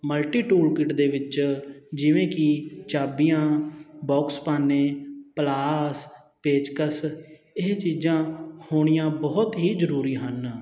multi tool kit ਦੇ ਵਿੱਚ ਜਿਵੇਂ ਕਿ ਚਾਬੀਆਂ ਬੋਕਸ ਪਾਨੇ ਪਲਾਸ ਪੇਚਕਸ ਇਹ ਚੀਜ਼ਾਂ ਹੋਣੀਆਂ ਬਹੁਤ ਹੀ ਜ਼ਰੂਰੀ ਹਨ